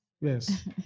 Yes